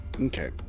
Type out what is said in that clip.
Okay